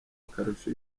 akarusho